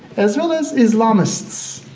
as well as islamists,